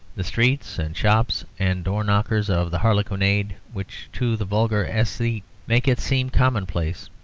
the streets and shops and door-knockers of the harlequinade, which to the vulgar aesthete make it seem commonplace,